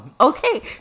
Okay